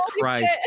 Christ